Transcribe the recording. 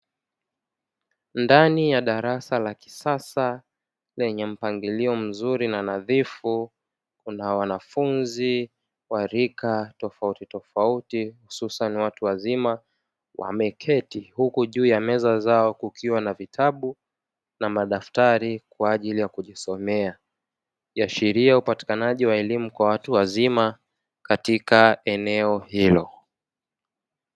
Ndani ya darasa la kisasa lenye mpangilio mzuri na nadhifu, kuna wanafunzi wa rika tofautitofauti hususani watu wazima, wameketi huku juu ya meza zao kukiwa na vitabu na madaftari kwa ajili ya kujisomea; ikiashiria upatikanaji wa elimu kwa watu wazima katika eneo hilo.